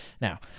Now